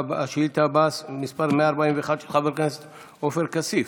השאילתה הבאה, מס' 141, של חבר הכנסת עופר כסיף: